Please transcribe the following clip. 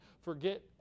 forget